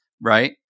right